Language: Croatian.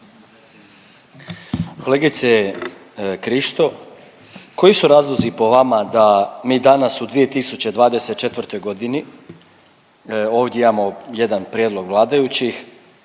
Kolegice Krišto, koji su razlozi po vama da mi danas u 2024. godini ovdje imamo jedan prijedlog vladajućih,